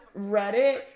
Reddit